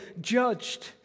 judged